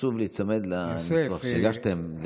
חשוב להיצמד למסמך שהגשתם.